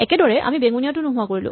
একেদৰে আমি বেঙুনীয়াটোও নোহোৱা কৰিলো